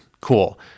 cool